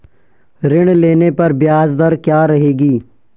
ऋण लेने पर ब्याज दर क्या रहेगी?